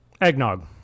Eggnog